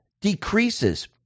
decreases